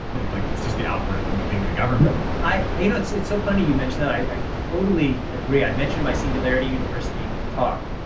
it's like it's just the algorithm of being a government no. you know it's it's so funny you mentioned that. i totally agree. i mentioned my singularity university talk.